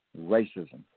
racism